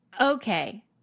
Okay